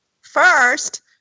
first